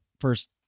first